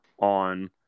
on